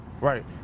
Right